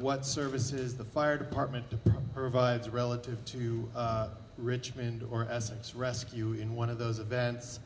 what services the fire department provides relative to richmond or essex rescue in one of those events